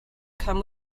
come